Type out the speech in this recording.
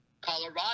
Colorado